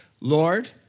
Lord